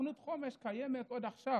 תוכנית חומש קיימת עוד עכשיו.